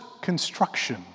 construction